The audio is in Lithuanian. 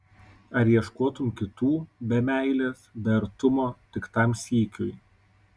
ar ieškotum kitų be meilės be artumo tik tam sykiui